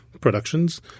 productions